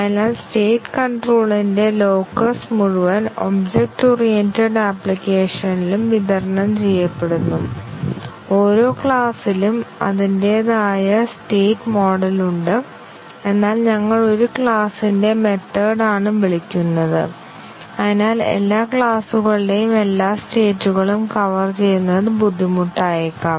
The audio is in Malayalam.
അതിനാൽ സ്റ്റേറ്റ് കൺട്രോളിന്റെ ലോക്കസ് മുഴുവൻ ഒബ്ജക്റ്റ് ഓറിയന്റഡ് ആപ്ലിക്കേഷനിലും വിതരണം ചെയ്യപ്പെടുന്നു ഓരോ ക്ലാസിനും അതിന്റേതായ സ്റ്റേറ്റ് മോഡൽ ഉണ്ട് എന്നാൽ ഞങ്ങൾ ഒരു ക്ലാസിന്റെ മെത്തേഡ് ആണ് വിളിക്കുന്നത് അതിനാൽ എല്ലാ ക്ലാസുകളുടെയും എല്ലാ സ്റ്റേറ്റ്കളും കവർ ചെയ്യുന്നത് ബുദ്ധിമുട്ടായേക്കാം